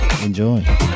Enjoy